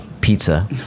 Pizza